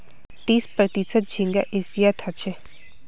तीस प्रतिशत झींगा एशियात ह छे